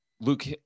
Luke